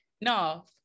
No